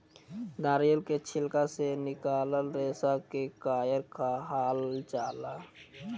नारियल के छिलका से निकलाल रेसा के कायर कहाल जाला